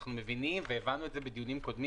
אנחנו מבינים והבנו את זה בדיונים קודמים